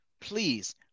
please